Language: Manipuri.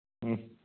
ꯎꯝ